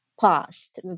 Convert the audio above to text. past